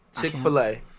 Chick-fil-A